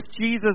Jesus